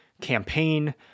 campaign